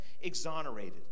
exonerated